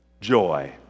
joy